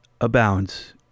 abounds